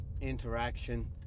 interaction